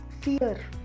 fear